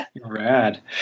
Rad